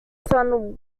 son